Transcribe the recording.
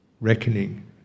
reckoning